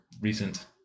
recent